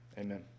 Amen